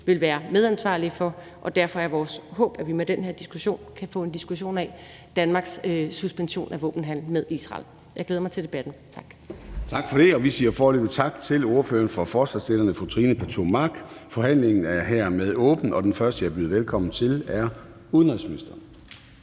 vil være medansvarlige for, og derfor er vores håb, at vi med den her diskussion kan få en diskussion af Danmarks suspension af våbenhandel med Israel. Jeg glæder mig til debatten. Tak. Kl. 21:41 Formanden (Søren Gade): Vi siger foreløbig tak til ordføreren for forslagsstillerne, fru Trine Pertou Mach. Forhandlingen er hermed åbnet, og den første, jeg byder velkommen til, er udenrigsministeren.